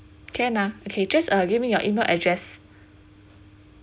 can ah okay just uh give me your E-mail address